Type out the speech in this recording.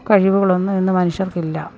കഴിവുകളൊന്നും ഇന്നു മനുഷ്യർക്കില്ല